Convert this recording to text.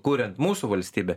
kuriant mūsų valstybę